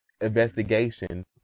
investigation